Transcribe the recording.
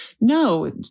no